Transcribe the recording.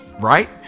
right